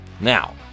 Now